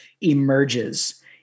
emerges